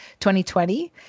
2020